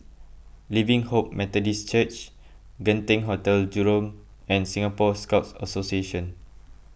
Living Hope Methodist Church Genting Hotel Jurong and Singapore Scout Association